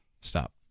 Stop